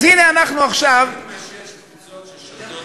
אז הנה אנחנו עכשיו, 26 קבוצות ששולטות